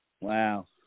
wow